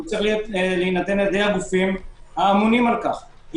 צריך להינתן על-ידי הגופים שאמונים על כך.